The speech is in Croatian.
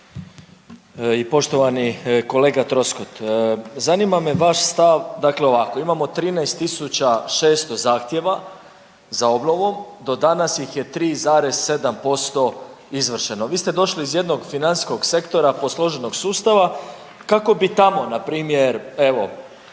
Poštovani kolega Troskot, zanima me vaš stav. Dakle ovako imamo 13600 zahtjeva za obnovom, do danas ih 3,7% izvršeno. Vi ste došli iz jednog financijskog sektora, posloženog sustava. Kako bi tamo na primjer evo